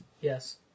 Yes